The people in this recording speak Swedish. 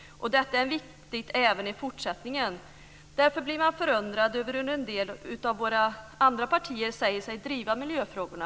Och detta är viktigt även i fortsättningen. Därför blir man förundrad över hur en del av våra andra partier säger sig driva miljöfrågorna.